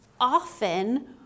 often